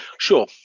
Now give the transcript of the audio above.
Sure